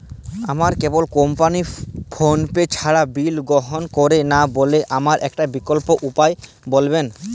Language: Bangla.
আমার কেবল কোম্পানী ফোনপে ছাড়া বিল গ্রহণ করে না বলে আমার একটা বিকল্প উপায় বলবেন?